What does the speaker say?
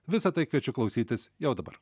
visa tai kviečiu klausytis jau dabar